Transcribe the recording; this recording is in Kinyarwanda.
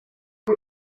ibi